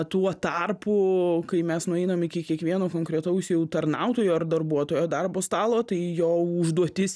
tuo tarpu kai mes nueinam iki kiekvieno konkretaus jau tarnautojo ar darbuotojo darbo stalo tai jo užduotis